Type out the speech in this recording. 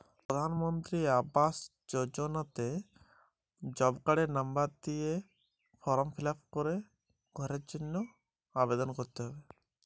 প্রধানমন্ত্রী আবাস যোজনায় ঘর তৈরি করতে কিভাবে আবেদন করতে হবে?